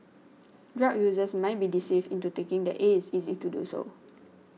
drug users might be deceived into taking that it is easy to do so